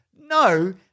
No